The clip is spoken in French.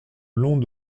long